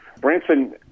Branson